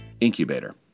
Incubator